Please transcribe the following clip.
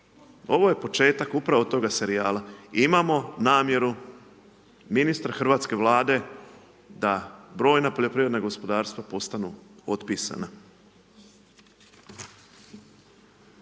Ovo je početak upravo toga serijala. I imamo namjeru, ministar hrvatske Vlade da brojna poljoprivredna gospodarstva postanu otpisana.